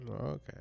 okay